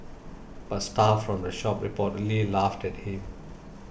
but staff from the shop reportedly laughed at him